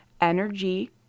energy